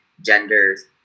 genders